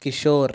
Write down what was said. Kishore